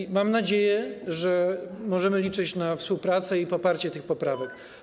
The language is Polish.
I mam nadzieję, że możemy liczyć na współpracę i poparcie tych poprawek.